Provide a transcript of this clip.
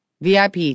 VIP